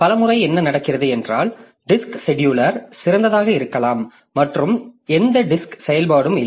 பல முறை என்ன நடக்கிறது என்றால் டிஸ்க் செடியூலர் சிறந்ததாக இருக்கலாம் மற்றும் எந்த டிஸ்க் செயல்பாடும் இல்லை